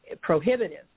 prohibitive